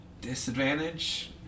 disadvantage